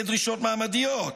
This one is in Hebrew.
אלה דרישות מעמדיות,